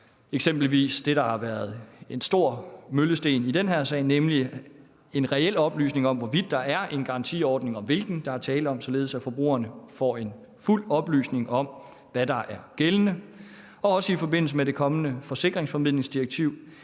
Eksempelvis har det været en stor møllesten i den her sag, om der har været reel oplysning om, hvorvidt der er en garantiordning, og hvilken der er tale om, således at forbrugerne får fuld oplysning om, hvad der er gældende. Også i forbindelse med det kommende forsikringsformidlingsdirektiv